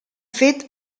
fet